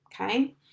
okay